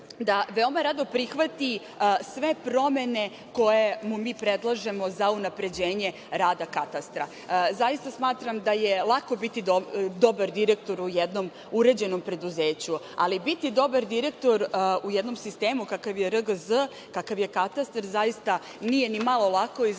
da veoma rado prihvati sve promene koje mu mi predlažemo za unapređenje rada Katastra. Zaista smatram da je lako biti dobar direktor u jednom uređenom preduzeću, ali biti dobar direktor u jednom sistemu kakav je RGZ, kakav je Katastar, zaista nije ni malo lako. I zato